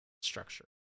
structure